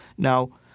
now,